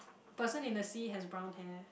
person in the sea has brown hair